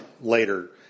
later